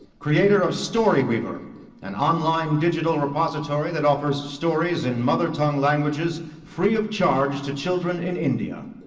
creator of story reader, an online digital repository, that offers stories in mother tongue languages, free of charge, to children in india.